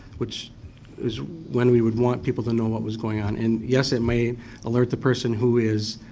which is when we would want people to know what was going on. and yes, it may alert the person who is